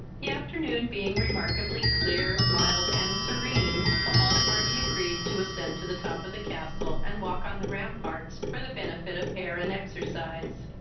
the afternoon being remarkably clear, mild, and serene, the whole party agreed to ascend to the top of the castle, and walk on the ramparts, for the benefit of air and exercise.